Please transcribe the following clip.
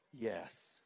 Yes